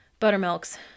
buttermilks